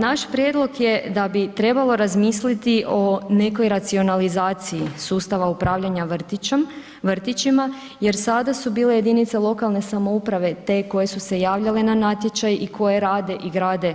Naš prijedlog je da bi trebalo razmisliti o nekoj racionalizaciji sustava upravljanja vrtićima jer sada su bile jedinice lokalne samouprave te koje su se javljale na natječaj i koje rade i grade